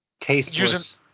tasteless